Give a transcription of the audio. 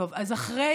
טוב, אחרי